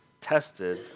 tested